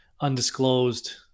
undisclosed